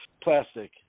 plastic